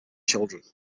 children